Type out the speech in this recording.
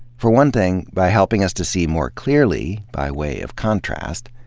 for one thing, by helping us to see more clearly, by way of contrast,